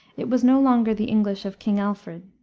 it was no longer the english of king alfred.